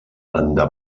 planta